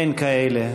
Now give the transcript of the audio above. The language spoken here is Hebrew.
אין כאלה.